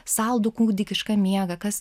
saldų kūdikišką miegą kas